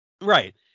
Right